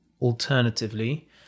Alternatively